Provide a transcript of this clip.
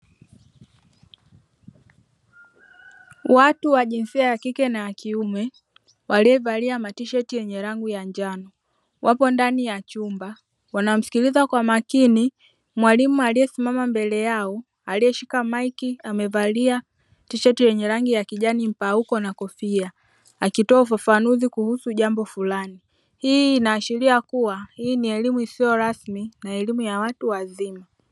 Watu wa jinsia ya kike na ya kiume waliovalia matisheti yenye rangi ya njano wapo ndani ya chumba. Wanamsikiliza kwa makini mwalimu aliyesimama mbele yao aliyeshika maiki, amevalia tisheti yenye rangi ya kijani mpauko na kofia, akitoa ufafanuzi kuhusu jambo flani. Hii inaashiria kuwa hii ni elimu isiyo rasmi na elimu ya watu wazima.